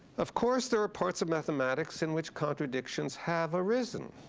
of course, there are parts of mathematics in which contradictions have arisen.